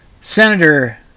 Senator